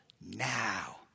Now